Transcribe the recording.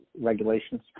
regulations